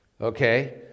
okay